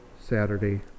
saturday